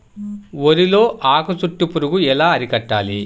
వరిలో ఆకు చుట్టూ పురుగు ఎలా అరికట్టాలి?